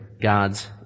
God's